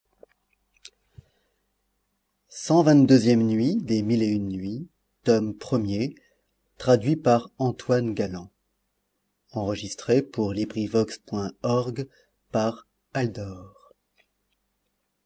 nuit iv nuit